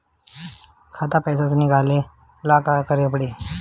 खाता से पैसा निकाले ला का करे के पड़ी?